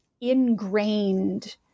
ingrained